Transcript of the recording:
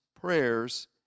prayers